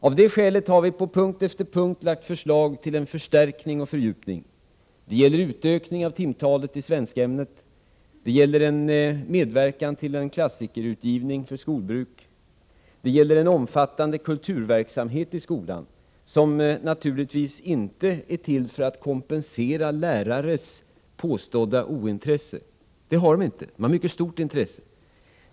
Av den orsaken har vi på punkt efter punkt lagt förslag till en förstärkning och fördjupning. Det gäller en utökning av timantalet i svenskämnet, en medverkan till en klassikerutgivning för skolbruk och en omfattande kulturverksamhet i skolan, som naturligtvis inte är till för att kompensera lärares påstådda ointresse. De har ett mycket stort intresse för kulturen.